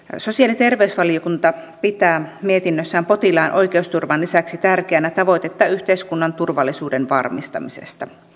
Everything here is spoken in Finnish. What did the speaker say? sosiaali ja terveysvaliokunta pitää mietinnössään potilaan oikeusturvan lisäksi tärkeänä tavoitetta yhteiskunnan turvallisuuden varmistamisesta